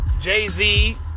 Jay-Z